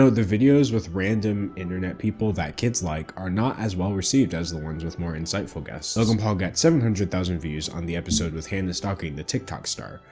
so the videos with random internet people that kids like are not as well-received as the ones with more insightful guests. logan paul gets seven hundred thousand views on the episode with hannah stocking, the tiktok star,